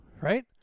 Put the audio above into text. Right